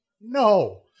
no